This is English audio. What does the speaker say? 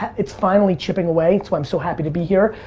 it's finally chipping away, it's why i'm so happy to be here.